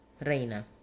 Reina